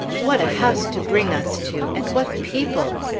what a house to bring us to and what people!